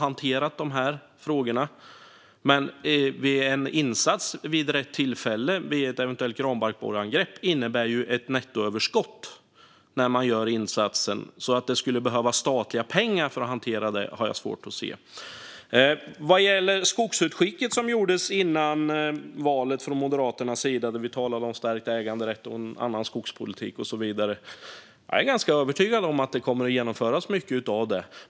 Men en insats vid rätt tillfälle vid ett eventuellt granbarkborreangrepp innebär ju ett nettoöverskott. Att det skulle behövas statliga pengar för att hantera det har jag svårt att se. I skogsutskicket som gjordes före valet från Moderaternas sida talade vi om stärkt äganderätt, en annan skogspolitik och så vidare. Jag är ganska övertygad om att mycket av det kommer att genomföras.